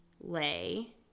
lay